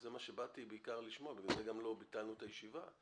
זה מה שבאתי בעיקר לשמוע ובגלל זה גם לא ביטלנו את הישיבה,